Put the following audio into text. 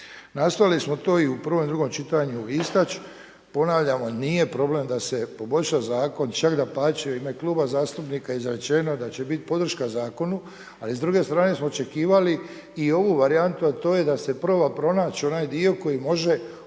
Nastojali smo to i u prvom i drugom čitanju istaći. Ponavljamo, nije problem da se poboljša zakon. Čak dapače. U ime Kluba zastupnika je izrečeno da će biti podrška zakonu, ali s druge strane smo očekivali i ovu varijantu, a to je da se proba pronaći onaj dio koji može olakšat